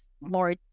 more